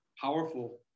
powerful